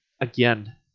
again